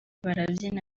barabyina